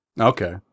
Okay